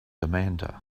amanda